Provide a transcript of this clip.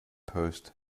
post